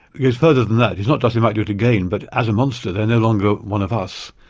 it goes further than that, it's not just they might do it again, but as a monster, they're no longer one of us,